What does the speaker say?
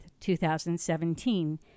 2017